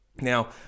Now